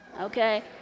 okay